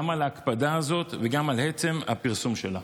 על ההקפדה הזאת וגם על עצם הפרסום שלה.